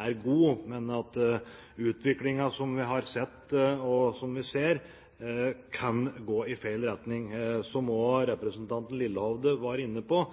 er god, men vi ser at utviklingen kan gå i feil retning. Vi har, som også representanten Lillehovde var inne på,